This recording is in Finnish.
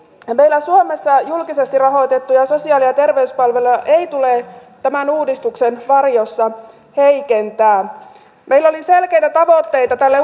meillä suomessa julkisesti rahoitettuja sosiaali ja terveyspalveluja ei tule tämän uudistuksen varjossa heikentää meillä oli selkeitä tavoitteita tälle